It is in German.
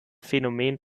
phänomen